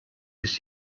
ist